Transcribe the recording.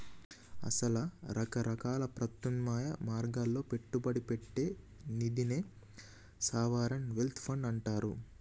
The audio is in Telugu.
అసల రకరకాల ప్రత్యామ్నాయ మార్గాల్లో పెట్టుబడి పెట్టే నిదినే సావరిన్ వెల్త్ ఫండ్ అంటారు